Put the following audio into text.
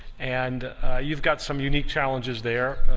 and you've got some unique challenges there.